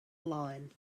line